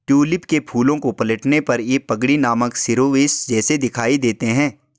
tulip के फूलों को पलटने पर ये पगड़ी नामक शिरोवेश जैसे दिखाई देते हैं